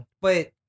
But-